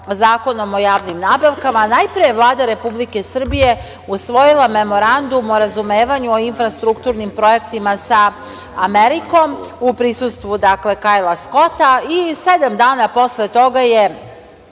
Zakonom o javnim nabavkama, najpre je Vlada Republike Srbije usvojila Memorandum o razumevanju o infrastrukturnim projektima sa Amerikom, a u prisustvu Kajla Skota i sedam dana posle toga je